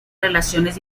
relaciones